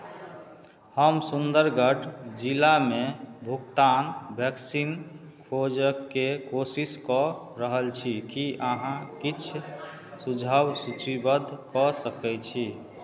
हम सुन्दरगढ़ जिलामे भुगतान वैक्सीन खोजयके कोशिश कऽ रहल छी की अहाँ किछु सुझाव सूचीबद्ध कऽ सकैत छी